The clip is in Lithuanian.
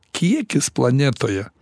kiekis planetoje